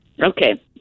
Okay